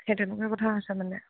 সেই তেনেকোকে কথা আছে মানে